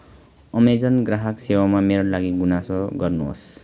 Amazon ग्राहक सेवामा मेरा लागि गुनासो गर्नुहोस्